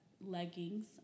leggings